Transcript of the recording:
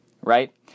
right